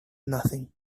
nothing